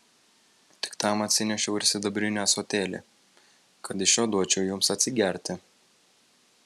tik tam atsinešiau ir sidabrinį ąsotėlį kad iš jo duočiau jums atsigerti